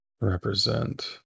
represent